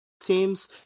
teams